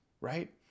right